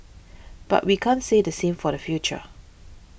but we can't say the same for the future